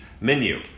menu